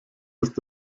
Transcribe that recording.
ist